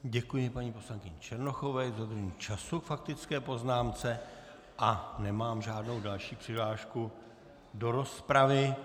Děkuji paní poslankyni Černochové i za dodržení času k faktické poznámce a nemám žádnou další přihlášku do rozpravy.